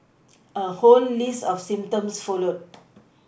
a whole list of symptoms followed